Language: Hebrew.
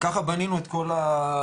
וככה בנינו את כל המערכת,